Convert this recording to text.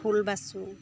ফুল বাচোঁ